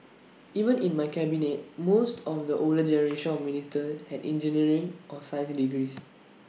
even in my cabinet most of the older generation of ministers had engineering or science degrees